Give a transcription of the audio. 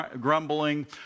grumbling